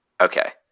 Okay